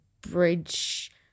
bridge